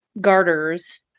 garters